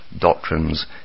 doctrines